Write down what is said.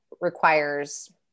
requires